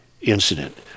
incident